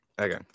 Okay